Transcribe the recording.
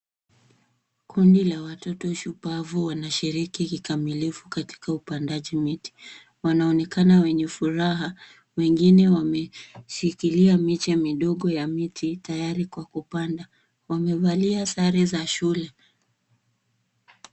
Kundi la watoto shupavu wanashiriki kikamilifu katika upandaji miti. Wanaonekana wenye furaha. Wengine wameshikilia miche midogo ya miti tayari kwa kupanda. Wamevalia sare za shule.